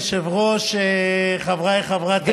אדוני היושב-ראש, חבריי חברי הכנסת.